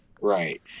Right